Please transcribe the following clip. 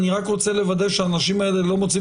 אני רק רוצה לוודא שהאנשים האלה לא מוצאים